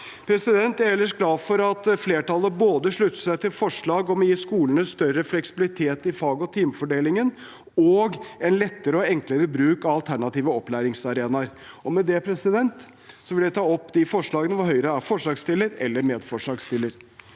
Jeg er ellers glad for at flertallet sluttet seg til forslag både om å gi skolene større fleksibilitet i fag- og timefordelingen og om en lettere og enklere bruk av alternative opplæringsarenaer. Med det vil jeg ta opp de forslagene der Høyre er forslagsstiller eller medforslagsstiller.